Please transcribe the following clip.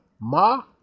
ma